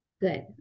Good